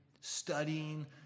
Studying